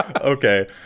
Okay